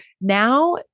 now